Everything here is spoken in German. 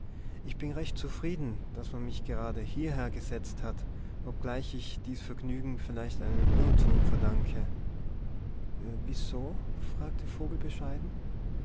ich bin recht zufrieden daß man mich gerade hierher gesetzt hat obgleich ich dies vergnügen vielleicht einem irrtum verdanke wieso fragte vogel bescheiden